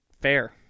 fair